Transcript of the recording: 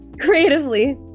creatively